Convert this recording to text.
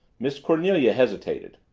miss cornelia hesitated.